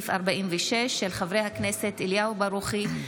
של חברי הכנסת אליהו ברוכי,